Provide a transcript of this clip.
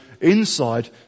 inside